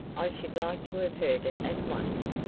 i should like to have heard it at once,